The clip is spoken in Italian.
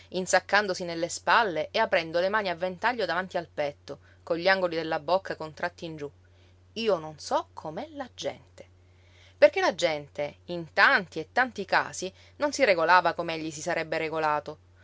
giorno insaccandosi nelle spalle e aprendo le mani a ventaglio davanti al petto con gli angoli della bocca contratti in giú io non so com'è la gente perché la gente in tanti e tanti casi non si regolava com'egli si sarebbe regolato